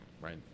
Right